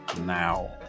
now